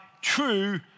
true